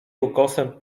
ukosem